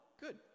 good